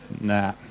nah